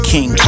King